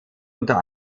unter